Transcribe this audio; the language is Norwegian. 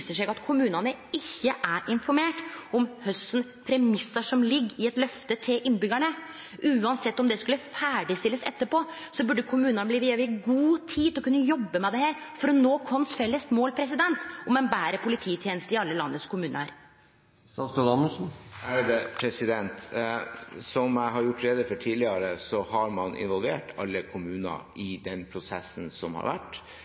seg at kommunane ikkje er informert om kva premissar som ligg i eit løfte til innbyggjarane. Uansett om det skulle ferdigstillast etterpå, burde kommunane bli gjeve god tid til å kunne jobbe med dette for å nå vårt felles mål om ei betre polititeneste i alle landets kommunar. Som jeg har gjort rede for tidligere, har man involvert alle kommuner i den prosessen som har